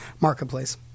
marketplace